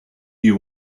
you